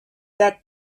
that